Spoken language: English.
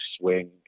swing